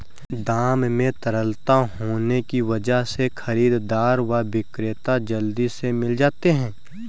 दाम में तरलता होने की वजह से खरीददार व विक्रेता जल्दी से मिल जाते है